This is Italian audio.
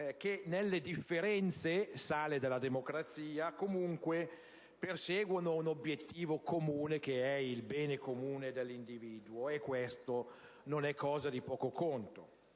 che nelle differenze - sale della democrazia - comunque perseguono un obiettivo comune, cioè il bene comune dell'individuo. E questa non è cosa di poco conto.